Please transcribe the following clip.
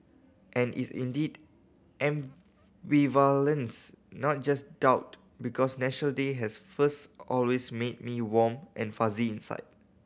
and is indeed ambivalence not just doubt because National Day has first always made me warm and fuzzy inside